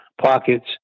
pockets